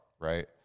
right